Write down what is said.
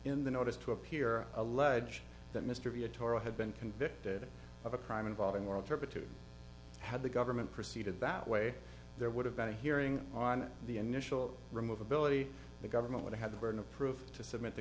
in the notice to appear allege that mr b atauro had been convicted of a crime involving moral turpitude had the government proceeded that way there would have been a hearing on the initial remove ability the government would have the burden of proof to submit t